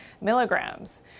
milligrams